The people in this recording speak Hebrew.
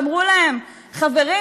ואמרו להם: חברים,